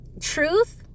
Truth